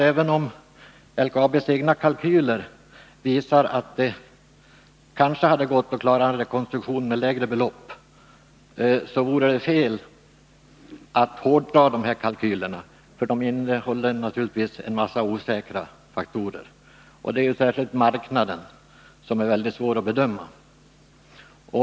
Även om LKAB:s egna kalkyler visar att det kanske hade gått att klara en rekonstruktion med lägre belopp, anser vi att det vore fel att hårdra de här kalkylerna, därför att de naturligtvis innehåller en massa osäkra faktorer. Det är särskilt marknaden som är mycket svår att bedöma.